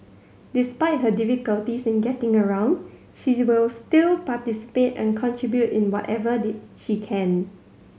despite her difficulties in getting around she will still participate and contribute in whatever she can